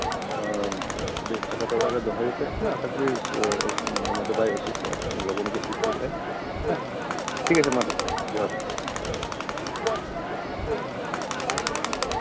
ᱵᱮᱥ ᱞᱮᱠᱟᱛᱮ ᱚᱲᱟᱜ ᱨᱮ ᱫᱚᱦᱚᱭᱮᱯᱮ ᱦᱟᱸᱜ ᱠᱷᱟᱱ ᱟᱥᱟᱠᱚᱨᱤ ᱫᱚᱢᱮ ᱫᱚ ᱵᱟᱭ ᱚᱥᱩᱥᱛᱷᱚᱜᱼᱟ ᱞᱚᱜᱚᱱᱜᱮᱭ ᱥᱩᱥᱛᱷᱚᱜᱼᱟ ᱴᱷᱤᱠ ᱟᱪᱷᱮ ᱢᱟ ᱛᱟᱦᱞᱮ ᱡᱚᱦᱟᱨ